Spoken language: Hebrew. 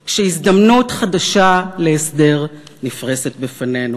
כשהזדמנות חדשה להסדר נפרסת בפנינו.